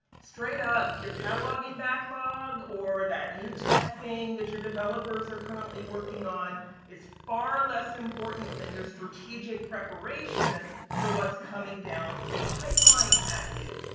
straight up, your cataloging backlog or that new tech thing that your developers are currently working on is far less important than this strategic preparation for what's coming down the pipeline at you.